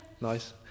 Nice